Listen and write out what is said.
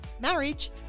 marriage